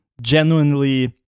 genuinely